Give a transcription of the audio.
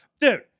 dude